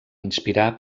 inspirar